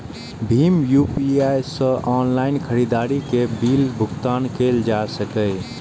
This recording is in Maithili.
भीम यू.पी.आई सं ऑनलाइन खरीदारी के बिलक भुगतान कैल जा सकैए